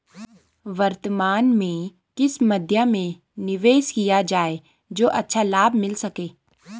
वर्तमान में किस मध्य में निवेश किया जाए जो अच्छा लाभ मिल सके?